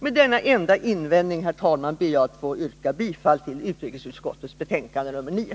Med denna enda invändning ber jag, herr talman, att få yrka bifall till hemställan i utrikesutskottets betänkande nr 9.